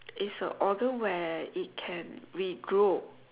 is an organ where it can regrow